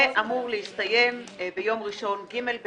ואמור להסתיים ביום ראשון, ג׳ באב,